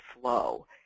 flow